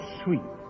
sweet